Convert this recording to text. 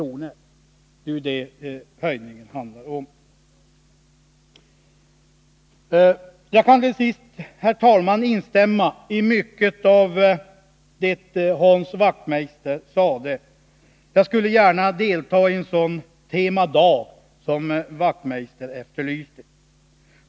Det är ju en höjning med det beloppet som det handlar om. Jag kan instämma i mycket av vad Hans Wachtmeister sade. Jag skulle gärna delta i en sådan temadag som han efterlyser.